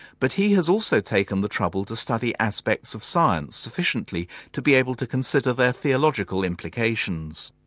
but he has also taken the trouble to study aspects of science sufficiently to be able to consider their theological implications.